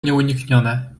nieuniknione